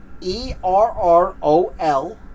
E-R-R-O-L